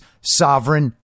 sovereign